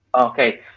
okay